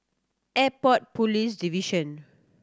Airport Police Division